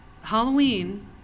Halloween